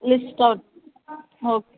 list out okay